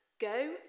Go